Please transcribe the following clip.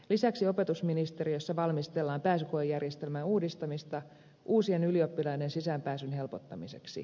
lisäksi opetusministeriössä valmistellaan pääsykoejärjestelmän uudistamista uusien ylioppilaiden sisäänpääsyn helpottamiseksi